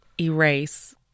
erase